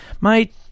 mate